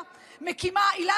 שרן השכל,